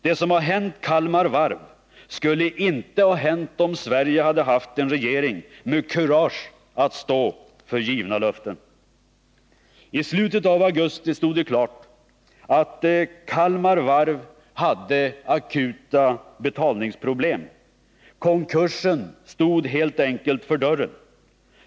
Det som hänt Kalmar Varv skulle inte ha hänt om Sverige hade haft en regering med kurage att stå för givna löften. I slutet av augusti stod det klart att Kalmar Varv hade akuta betalningsproblem. Konkursen stod helt enkelt för dörren.